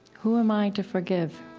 who am i to forgive?